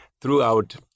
Throughout